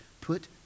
put